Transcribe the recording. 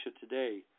today